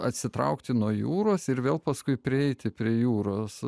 atsitraukti nuo jūros ir vėl paskui prieiti prie jūros